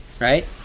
Right